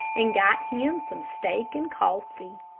and got him some steak and coffee.